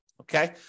Okay